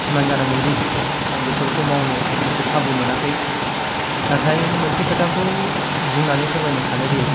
सिमान जानांगोनदि आं बेफोरखौ मावनो निचय खाबु मोनाखै नाथाय मोनसे खोथाखौ बुंनानै फोरमायनो सानोदि